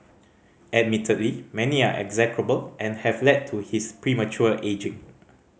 admittedly many are execrable and have led to his premature ageing